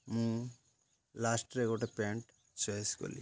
ମୁଁ ଲାଷ୍ଟ୍ରେ ଗୋଟେ ପ୍ୟାଣ୍ଟ୍ ଚଏସ୍ କଲି